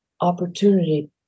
opportunity